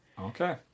Okay